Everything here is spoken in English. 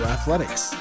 Athletics